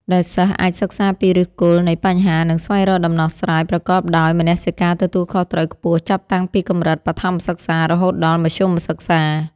ដែលសិស្សអាចសិក្សាពីឫសគល់នៃបញ្ហា និងស្វែងរកដំណោះស្រាយប្រកបដោយមនសិការទទួលខុសត្រូវខ្ពស់ ចាប់តាំងពីកម្រិតបឋមសិក្សារហូតដល់មធ្យមសិក្សា។